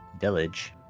village